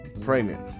Pregnant